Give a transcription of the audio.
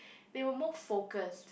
they were more focused